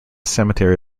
cemetery